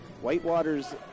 whitewater's